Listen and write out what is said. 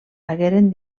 hagueren